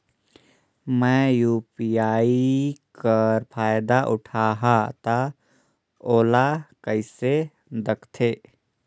मैं ह यू.पी.आई कर फायदा उठाहा ता ओला कइसे दखथे?